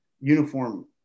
uniform